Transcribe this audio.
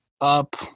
Up